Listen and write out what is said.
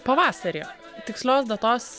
pavasarį tikslios datos